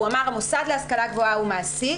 הוא אמר שהמוסד להשכלה גבוהה הוא המעסיק,